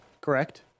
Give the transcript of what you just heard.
Correct